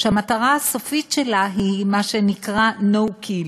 שהמטרה הסופית שלה היא מה שנקרא no kill.